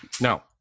No